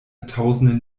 tausende